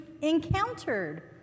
encountered